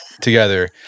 together